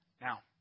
Now